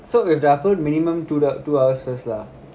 so we've to upload minimum two t~ two hours first lah